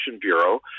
bureau